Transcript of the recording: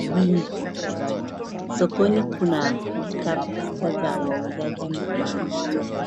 wingi. Sokoni kuna pilkapilka za wauzaji na wanunuzi.